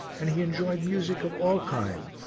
and he enjoyed music of all kinds,